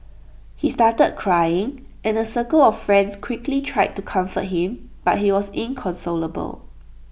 he started crying and A circle of friends quickly tried to comfort him but he was inconsolable